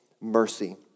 mercy